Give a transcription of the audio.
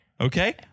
okay